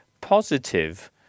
positive